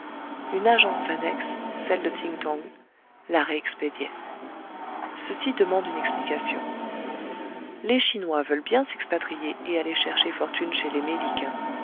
une agence annexe celle de ting tong la réexpédiait ceci demande une explication les chinois veulent bien s'expatrier et aller chercher fortune chez les mélicains